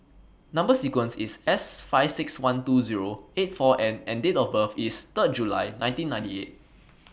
Number sequence IS S five six one two Zero eight four N and Date of birth IS Third July nineteen ninety eight